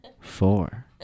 four